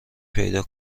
پیدا